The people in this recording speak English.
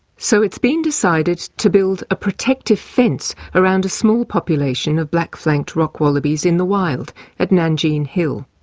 so it's been decided to build a protective fence around a small population of black-flanked rock-wallabies in the wild at nangeen hill.